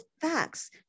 facts